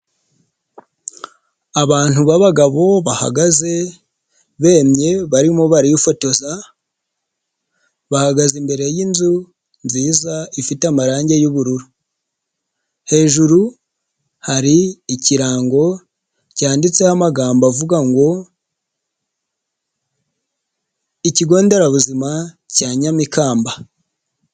Abantu b'abagabo bahagaze bemye barimo bari bifotoza bahagaze imbere y'inzu nziza ifite amarange y'ubururu, hejuru hari ikirango cyanditseho amagambo avuga ngo ikigo nderabuzima cya Nyamikamba.